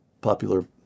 popular